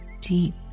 deep